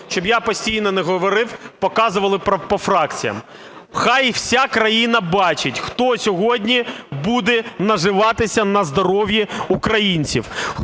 щоб я постійно не говорив, показували по фракціях. Хай вся країна бачить, хто сьогодні буде наживатися на здоров'ї українців,